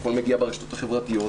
הכול מגיע ברשתות החברתיות,